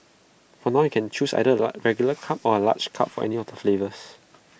for now you can choose either A regular cup or A large cup for any of the flavours